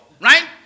right